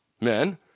men